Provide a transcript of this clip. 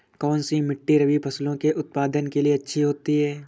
कौनसी मिट्टी रबी फसलों के उत्पादन के लिए अच्छी होती है?